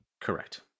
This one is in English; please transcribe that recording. Correct